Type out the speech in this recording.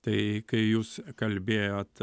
tai kai jūs kalbėjot